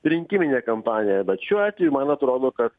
rinkiminę kampaniją bet šiuo atveju man atrodo kad